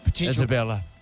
Isabella